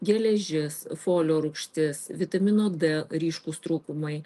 geležis folio rūgštis vitamino d ryškūs trūkumai